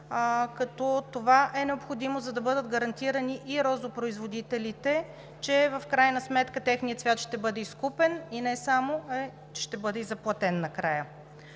като това е необходимо, за да бъдат гарантирани и розопроизводителите, че в крайна сметка техният цвят ще бъде изкупен, а и не само, но че ще бъде и заплатен накрая.